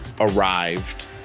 arrived